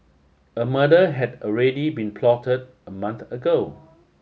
a murder had already been plotted a month ago